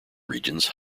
regions